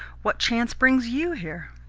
what chance brings you here?